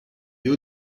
you